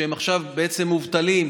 שהם עכשיו בעצם מובטלים,